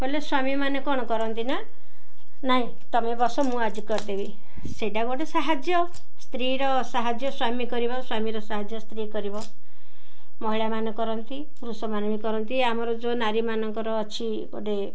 ବୋଲେ ସ୍ୱାମୀମାନେ କ'ଣ କରନ୍ତି ନା ନାଇଁ ତମେ ବସ ମୁଁ ଆଜି କରିଦେବି ସେଇଟା ଗୋଟେ ସାହାଯ୍ୟ ସ୍ତ୍ରୀର ସାହାଯ୍ୟ ସ୍ୱାମୀ କରିବ ସ୍ୱାମୀର ସାହାଯ୍ୟ ସ୍ତ୍ରୀ କରିବ ମହିଳାମାନେ କରନ୍ତି ପୃରୁଷମାନେ ବି କରନ୍ତି ଆମର ଯେଉଁ ନାରୀମାନଙ୍କର ଅଛି ଗୋଟେ